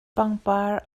pangpar